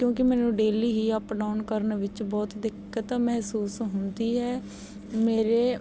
ਕਿਉਂਕਿ ਮੈਨੂੰ ਡੇਲੀ ਹੀ ਅੱਪ ਡਾਊਨ ਕਰਨ ਵਿੱਚ ਬਹੁਤ ਦਿੱਕਤ ਮਹਿਸੂਸ ਹੁੰਦੀ ਹੈ ਮੇਰੇ